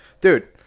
dude